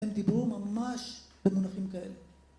הם דיברו ממש במונחים כאלה.